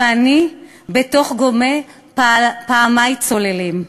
/ ואני בתוך גולָה פעמַי צוללים: